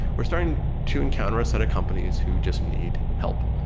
we're starting to encounter a set of companies who just need help,